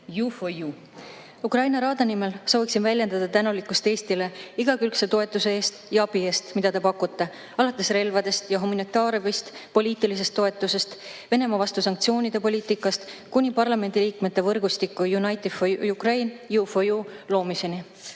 Ukraina Raada nimel soovin väljendada tänulikkust Eestile igakülgse toetuse ja abi eest, mida te pakute alates relvadest ja humanitaarabist, poliitilisest toetusest, Venemaa vastu kehtestatud sanktsioonide poliitikast kuni parlamendiliikmete võrgustiku United for Ukraine ehk U4U loomiseni.